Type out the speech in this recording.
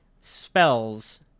spells